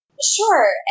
Sure